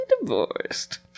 divorced